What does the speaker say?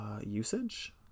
Usage